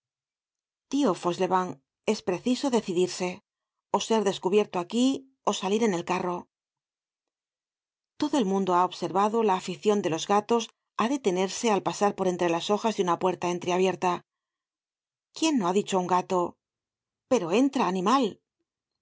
tío fauchelevent es preciso decidirse ó ser descubierto aquí ó salir en el carro todo el mundo ha observado la aficion de los gatos á detenerse al pasar por entre las hojas de una puerta entreabierta quién no ha dicho á un gato pero entra animal